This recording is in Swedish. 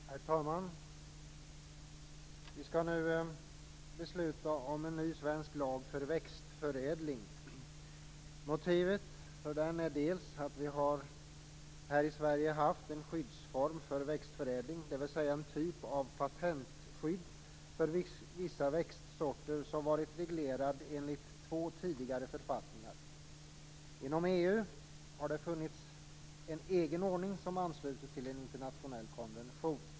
Herr talman! Vi skall nu besluta om en ny svensk lag för växtförädling. Motivet för lagen är att vi i Sverige har haft en skyddsform för växtförädling - dvs. en typ av patentskydd för vissa växtsorter - som varit reglerad enligt två tidigare författningar. Inom EU har det funnits en egen ordning som ansluter till en internationell konvention.